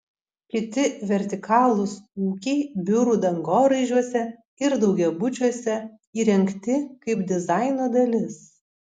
kiti vertikalūs ūkiai biurų dangoraižiuose ir daugiabučiuose įrengti kaip dizaino dalis